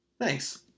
Thanks